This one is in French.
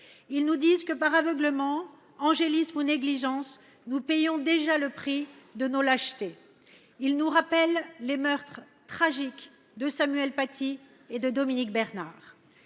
Ils nous disent que, par aveuglement, angélisme ou négligence, nous payons déjà le prix de nos lâchetés. Ils nous rappellent les meurtres tragiques de Samuel Paty et de Dominique Bernard.